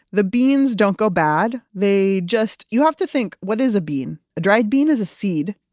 the beans don't go bad, they just. you have to think what is a bean? a dried bean is a seed.